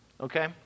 okay